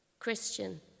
Christian